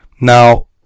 Now